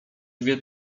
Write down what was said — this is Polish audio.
wie